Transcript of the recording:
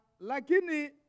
lakini